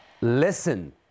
listen